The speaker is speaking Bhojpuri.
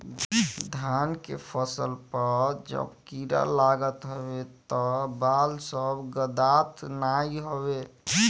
धान के फसल पअ जब कीड़ा लागत हवे तअ बाल सब गदात नाइ हवे